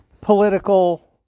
political